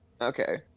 Okay